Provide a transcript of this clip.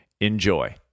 enjoy